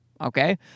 okay